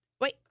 wait